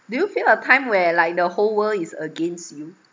do you feel a time where like the whole world is against you